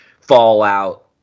fallout